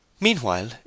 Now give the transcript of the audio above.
Meanwhile